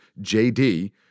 JD